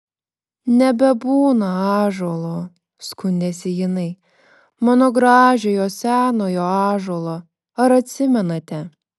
nebebūna ąžuolo skundėsi jinai mano gražiojo senojo ąžuolo ar atsimenate